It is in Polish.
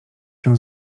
się